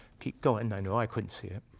keep going. i know i couldn't see it.